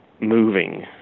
moving